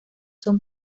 son